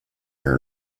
iron